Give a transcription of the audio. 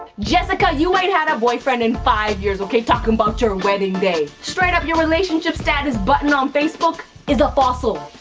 jessica, you ain't had a boyfriend in five years. talking about your wedding day. straight up your relationship status button on facebook is a fossil.